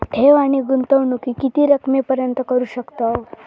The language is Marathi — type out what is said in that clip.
ठेव आणि गुंतवणूकी किती रकमेपर्यंत करू शकतव?